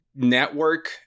Network